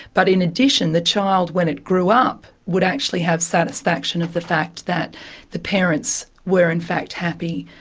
but in addition the child, when it grew up, would actually have satisfaction of the fact that the parents were in fact happy,